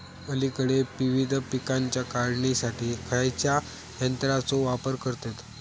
अलीकडे विविध पीकांच्या काढणीसाठी खयाच्या यंत्राचो वापर करतत?